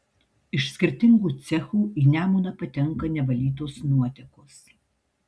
iš skirtingų cechų į nemuną patenka nevalytos nuotekos